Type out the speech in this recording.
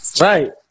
Right